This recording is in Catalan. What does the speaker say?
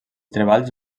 treballs